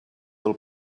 del